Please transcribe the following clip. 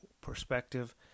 perspective